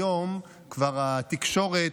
היום כבר התקשורת,